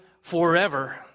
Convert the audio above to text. forever